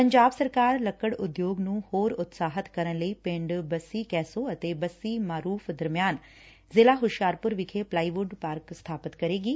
ਪੰਜਾਬ ਸਰਕਾਰ ਲੱਕੜ ਉਦਯੋਗ ਨੂੰ ਹੋਰ ਉਤਸ਼ਾਹਿਤ ਕਰਨ ਲਈ ਪਿੰਡ ਬੱਸੀ ਕੈਸੋ ਤੇ ਬੱਸੀ ਮਾਰੁਫ ਦਰਮਿਆਨ ਜ਼ਿਲ੍ਹਾ ਹੁਸ਼ਿਆਰਪੁਰ ਵਿਖੇ ਪਲਾਈਵੁਡ ਪਾਰਕ ਸਥਾਪਤ ਕਰੇਗੀ